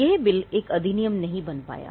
यह बिल एक अधिनियम नहीं बन पाया